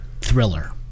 Thriller